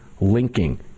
linking